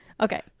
okay